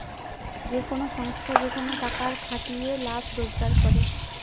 যে কোন সংস্থা যেখানে টাকার খাটিয়ে লাভ রোজগার করে